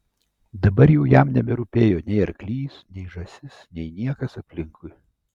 dabar jau jam neberūpėjo nei arklys nei žąsis nei niekas aplinkui